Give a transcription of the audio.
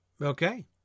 Okay